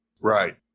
Right